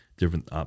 different